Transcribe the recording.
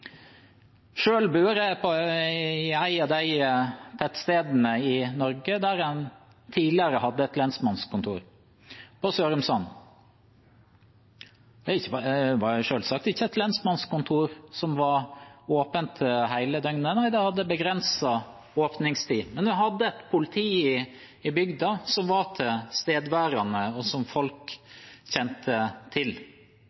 Selv bor jeg på et av tettstedene i Norge, Sørumsand, som tidligere hadde et lensmannskontor. Det var selvsagt et lensmannskontor som ikke var åpnet hele døgnet, det hadde begrenset åpningstid. Vi hadde politi i bygda som var tilstedeværende, og som